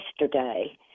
yesterday